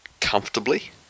comfortably